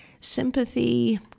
sympathy